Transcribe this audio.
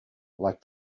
like